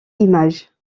images